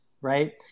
right